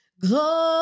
glory